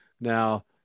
Now